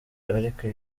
ariko